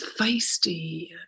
feisty